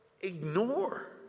ignore